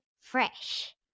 Fresh